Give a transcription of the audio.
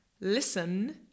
listen